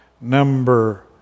number